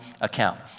account